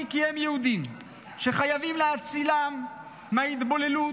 כי הם יהודים שחייבים להצילם מטמיעה ומהתבוללות,